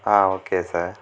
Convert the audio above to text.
okay sir